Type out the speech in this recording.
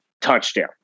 TOUCHDOWN